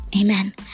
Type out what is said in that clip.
Amen